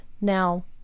Now